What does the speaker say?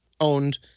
owned